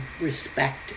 respect